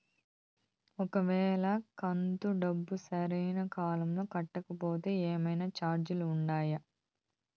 ఒక వేళ కంతు డబ్బు సరైన కాలంలో కట్టకపోతే ఏమన్నా చార్జీలు ఉండాయా?